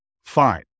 Fine